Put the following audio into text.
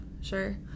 sure